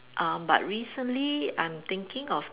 um but recently I'm thinking of